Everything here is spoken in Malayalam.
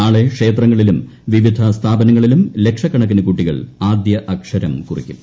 നാളെ ക്ഷേത്രങ്ങളിലും വിവിധ സ്ഥാപനങ്ങളിലും ലക്ഷക്കണക്കിന് കുട്ടികൾ ആദ്യക്ഷരം കുറിക്കും